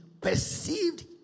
perceived